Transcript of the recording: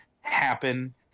happen